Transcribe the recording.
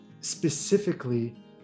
Specifically